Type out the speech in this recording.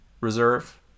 Reserve